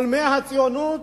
חולמי הציונות,